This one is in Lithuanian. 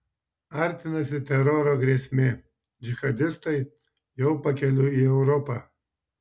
artinasi teroro grėsmė džihadistai jau pakeliui į europą